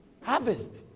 harvest